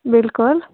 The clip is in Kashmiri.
بِلکُل